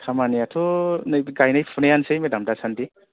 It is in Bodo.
खामानियाथ' नैबे गायनाय फुनायानोसै मेडाम दा सानदि